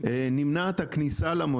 אני אחדש את הישיבה,